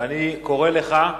ואני קורא לך: